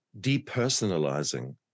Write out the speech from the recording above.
depersonalizing